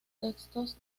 textos